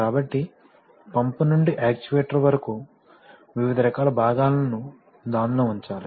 కాబట్టి పంప్ నుండి యాక్యుయేటర్ వరకు వివిధ రకాల భాగాలను దానిలో ఉంచాలి